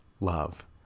love